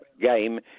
game